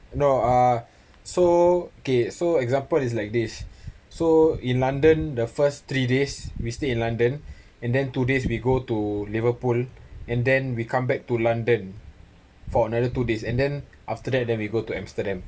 no uh so okay so example is like this so in london the first three days we stay in london and then two days we go to liverpool and then we come back to london for another two days and then after that then we go to amsterdam